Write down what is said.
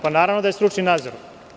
Naravno da je stručni nadzor.